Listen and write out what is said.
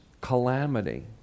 calamity